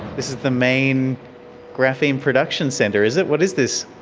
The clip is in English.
this is the main graphene production centre, is it? what is this?